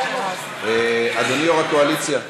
אדוני יו"ר הקואליציה,